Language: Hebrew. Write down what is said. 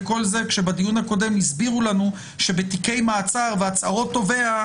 וכל זה כשבדיון הקודם הסבירו לנו שבתיקי מעצר והצהרות תובע,